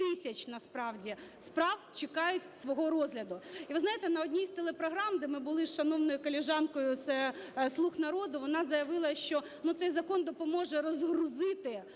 тисяч насправді справ чекають свого розгляду. І, ви знаєте, на одній з телепрограм, де ми були із шановною колежанкою з "Слуг народу", вона заявила, що, ну, цей закон допоможе розгрузити